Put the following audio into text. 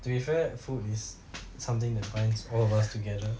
to be fair food is something that binds all of us together